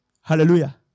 Hallelujah